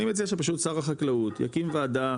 אני מציע שפשוט שר החקלאות יקים ועדה